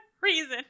reason